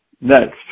Next